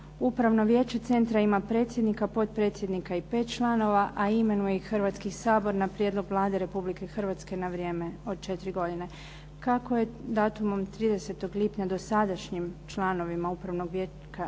Upravno vijeće centra ima predsjednika, potpredsjednika i 5 članova, a imenuje ih Hrvatski sabor na prijedlog Vlade Republike Hrvatske na vrijeme od 4 godine. Kako je datumom 30. lipnja dosadašnjim članovima Upravnog vijeća istekao